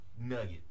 nugget